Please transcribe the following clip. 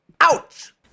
Ouch